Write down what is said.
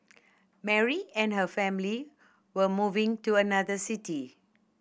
Mary and her family were moving to another city